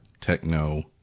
techno